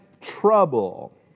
trouble